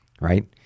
right